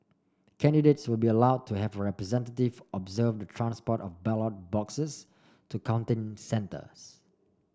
candidates will be allowed to have a representative observe the transport of ballot boxes to counting centres